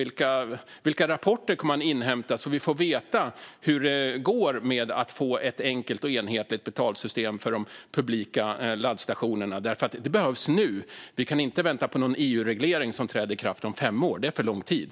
Vilka rapporter kommer han att inhämta så att vi kan få veta hur det går med att få ett enkelt och enhetligt betalsystem för de publika laddstationerna? Det behövs nu. Det kan inte vänta på någon EU-reglering som träder i kraft om fem år. Det är för lång tid.